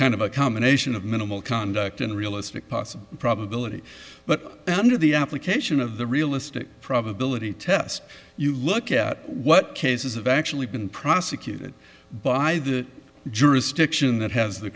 kind of a combination of minimal conduct and realistic possible probability but under the application of the realistic probability test you look at what cases have actually been prosecuted by the jurisdiction that has the